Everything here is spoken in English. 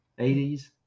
80s